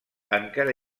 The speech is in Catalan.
encara